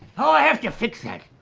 ah i have to fix that.